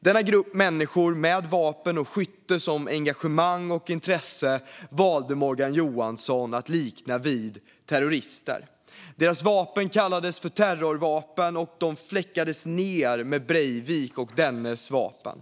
Denna grupp människor med vapen och skytte som engagemang och intresse valde Morgan Johansson att likna vid terrorister. Deras vapen kallades för terrorvapen, och de fläckades ned med Breivik och dennes vapen.